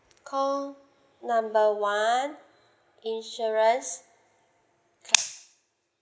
call number one insurance clap